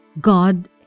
God